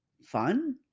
fun